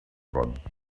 forgotten